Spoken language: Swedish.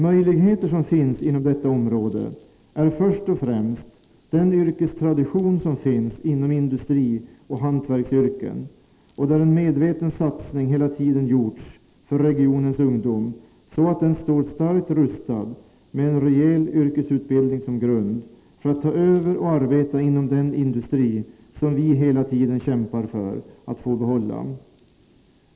Möjligheter som finns inom detta område är först och främst den yrkestradition som finns inom industrioch hantverksyrken, och där en medveten satsning hela tiden gjorts för regionens ungdom, så att den står starkt rustad med en rejäl yrkesutbildning som grund för att ta över och arbeta inom den industri som vi hela tiden kämpar för att få behålla.